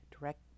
direct